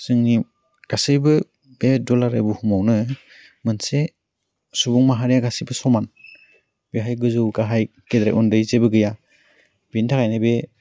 जोंनि गासैबो बे दुलाराइ बुहुमावनो मोनसे सुबुं माहारिया गासिबो समान बेहाय गोजौ गाहाय गेदेर उन्दै जेबो गैया बेनि थाखायनो बे